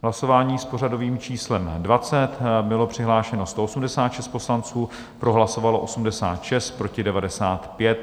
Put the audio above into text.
V hlasování s pořadovým číslem 20 bylo přihlášeno 186 poslanců, pro hlasovalo 86, proti 95.